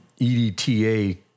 EDTA